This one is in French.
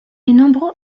nombreux